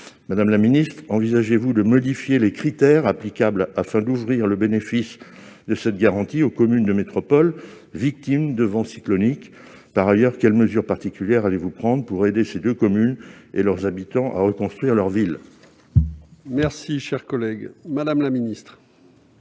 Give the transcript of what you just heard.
Gouvernement envisage-t-il de modifier les critères applicables, afin d'ouvrir le bénéfice de cette garantie aux communes de métropole victimes de vents cycloniques ? Par ailleurs, quelles mesures particulières prendra-t-il pour aider ces deux communes et leurs habitants à reconstruire leurs villes ? La parole est à Mme la ministre